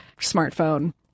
smartphone